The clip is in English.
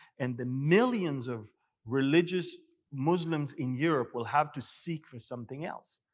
and the millions of religious muslims in europe will have to seek for something else.